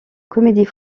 comédie